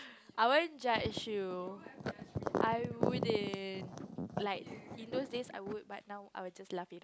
I won't judge you I wouldn't like in those days I would but now I will just laugh